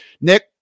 Nick